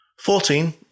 Fourteen